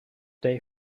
they